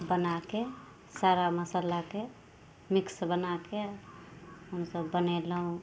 बनाके सारा मसल्लाके मिक्स बनाके हमसभ बनेलहुँ